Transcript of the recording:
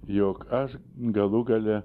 jog aš galų gale